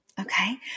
Okay